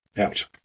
out